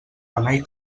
remei